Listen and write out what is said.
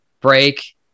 break